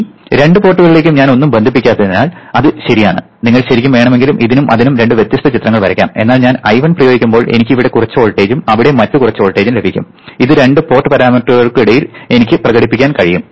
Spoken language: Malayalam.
ഈ രണ്ട് പോർട്ടുകളിലേക്കും ഞാൻ ഒന്നും ബന്ധിപ്പിക്കാത്തതിനാൽ അത് ശരിയാണ് നിങ്ങൾക്ക് ശരിക്കും വേണമെങ്കിൽ ഇതിനും അതിനും രണ്ട് വ്യത്യസ്ത ചിത്രങ്ങൾ വരയ്ക്കാം എന്നാൽ ഞാൻ I1 പ്രയോഗിക്കുമ്പോൾ എനിക്ക് ഇവിടെ കുറച്ച് വോൾട്ടേജും അവിടെ മറ്റ് കുറച്ച് വോൾട്ടേജും ലഭിക്കും ഇത് രണ്ട് പോർട്ട് പാരാമീറ്ററുകൾക്കിടയിൽ എനിക്ക് പ്രകടിപ്പിക്കാൻ കഴിയും